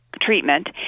treatment